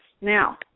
Now